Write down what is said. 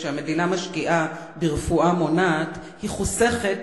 שהמדינה משקיעה ברפואה מונעת היא חוסכת